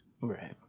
Right